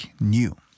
new